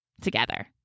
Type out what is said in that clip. together